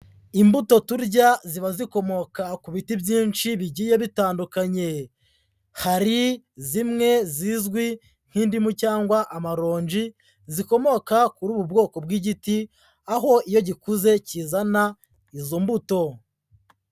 Imbuto turya, ziba zikomoka ku biti byinshi bigiye bitandukanye. Hari zimwe zizwi nk'indimu cyangwa amaronji, zikomoka kuri ubu bwoko bw'igiti, aho iyo gikuze kizana izo mbuto.